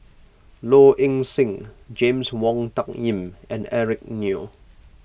Low Ing Sing James Wong Tuck Yim and Eric Neo